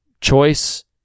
choice